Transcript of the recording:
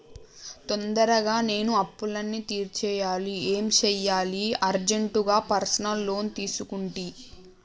తొందరగా నేను అప్పులన్నీ తీర్చేయాలి ఏం సెయ్యాలి అర్జెంటుగా పర్సనల్ లోన్ తీసుకుంటి